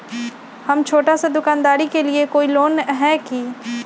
हम छोटा सा दुकानदारी के लिए कोई लोन है कि?